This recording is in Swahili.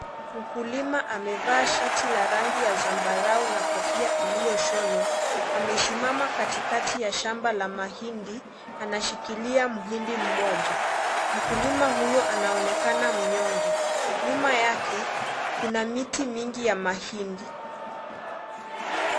Mkulima amevaa shati la rangi ya zambarao na kofia iliyoshonwa amesimama katikati ya shamba la mahindi anashikilia mhindi moja mkulima huyo anaonekana myonge, nyuma yake kuna miti mingi ya mahindi.